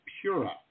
pura